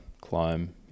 climb